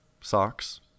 Socks